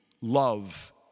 love